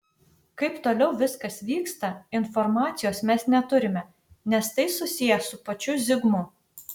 kaip toliau viskas vyksta informacijos mes neturime nes tai susiję su pačiu zigmu